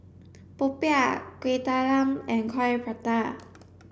popiah kueh talam and coin prata